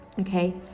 Okay